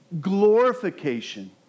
glorification